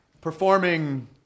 performing